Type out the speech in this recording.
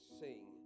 sing